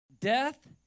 Death